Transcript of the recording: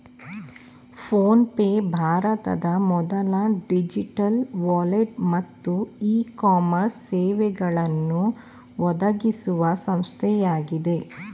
phone pay ಭಾರತದ ಮೊದಲ digital wallet ಮತ್ತು ಇ ಕಾಮರ್ಸ್ ಸೇವೆಗಳನ್ನು ಒದಗಿಸುವ ಸಂಸ್ಥೆಯಾಗಿದೆ